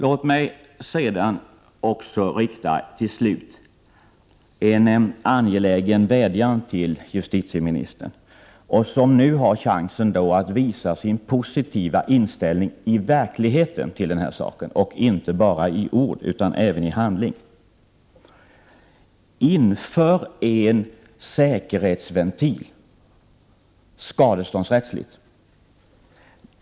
Låt mig till slut rikta en angelägen vädjan till justitieministern, som nu har chansen att verkligen visa sin positiva inställning till den här saken, inte bara i ord utan även i handling. Inför en säkerhetsventil, skadeståndsrättsligt!